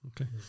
okay